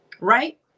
Right